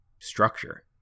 structure